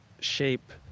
shape